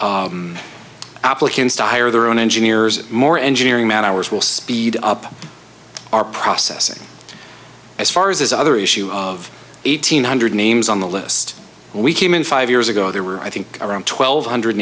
applicants to hire their own engineers more engineering man hours will speed up our processing as far as this other issue of eight hundred names on the list we came in five years ago there were i think around twelve hundred